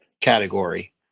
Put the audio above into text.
category